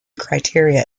criteria